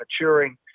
maturing